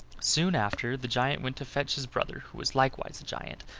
soon after the giant went to fetch his brother who was likewise a giant,